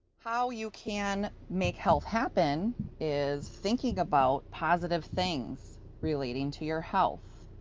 how you can make health happen is thinking about positive things relating to your health,